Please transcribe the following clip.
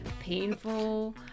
painful